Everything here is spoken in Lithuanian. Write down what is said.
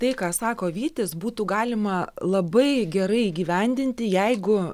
tai ką sako vytis būtų galima labai gerai įgyvendinti jeigu